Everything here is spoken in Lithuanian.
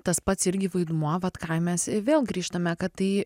tas pats irgi vaidmuo vat ką mes ir vėl grįžtame kad tai